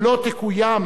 שלא תקוים